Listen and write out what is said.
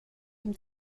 dem